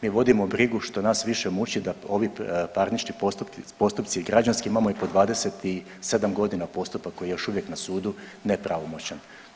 Mi vodimo brigu što nas više muču da ovi parnični postupci i građanski imamo i po 27 godina postupak koji je još uvijek na sudu nepravomoćan.